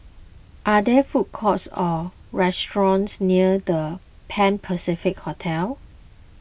are there food courts or restaurants near the Pan Pacific Hotel